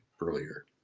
earlier